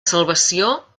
salvació